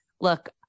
look